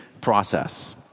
process